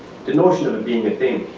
the notion of it being a thing.